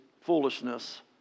foolishness